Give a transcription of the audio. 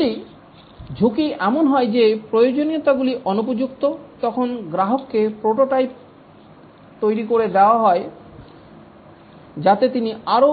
যদি ঝুঁকি এমন হয় যে প্রয়োজনীয়তাগুলি অনুপযুক্ত তখন গ্রাহককে প্রোটোটাইপ তৈরি করে দেওয়া হয় হয় যাতে তিনি আরও